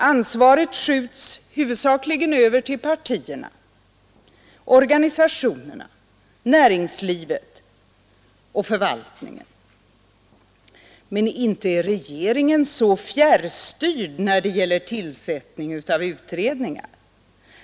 Ansvaret skjuts huvudsakligen över till partierna, organisationerna, näringslivet och förvaltningen. Men inte är regeringen så fjärrstyrd när det gäller tillsättning av utredningar.